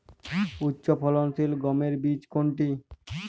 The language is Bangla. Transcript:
উচ্চফলনশীল গমের বীজ কোনটি?